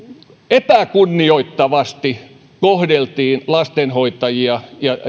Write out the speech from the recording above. epäkunnioittavasti kohdeltiin lastenhoitajia